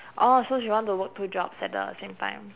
orh so she want to work two jobs at the same time